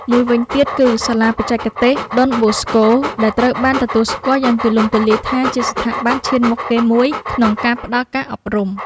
មួយវិញទៀតគឺ សាលាបច្ចេកទេសដុនបូស្កូ ដែលត្រូវបានទទួលស្គាល់យ៉ាងទូលំទូលាយថាជាស្ថាប័នឈានមុខគេមួយក្នុងការផ្តល់ការអប់រំ។